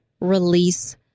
release